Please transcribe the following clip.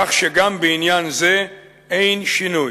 כך שגם בעניין זה אין שינוי.